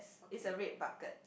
is a red bucket